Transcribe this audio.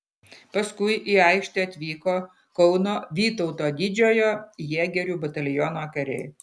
paskui į aikštę atvyko kauno vytauto didžiojo jėgerių bataliono kariai